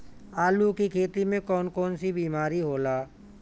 आलू की खेती में कौन कौन सी बीमारी होला?